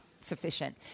sufficient